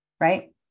Right